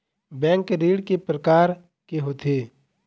Bank ऋण के प्रकार के होथे?